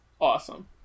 awesome